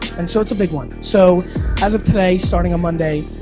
and so it's a big one. so as of today, starting on monday,